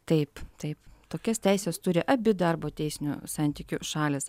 taip taip tokias teises turi abi darbo teisinių santykių šalys